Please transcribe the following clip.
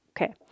Okay